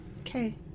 Okay